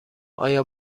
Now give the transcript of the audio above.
آیا